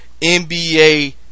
NBA